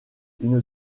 une